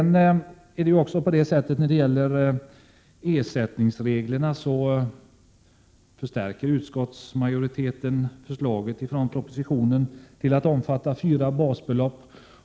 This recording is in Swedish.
När det gäller ersättningsreglerna förstärker utskottsmajoriteten förslaget i propositionen till att omfatta fyra basbelopp.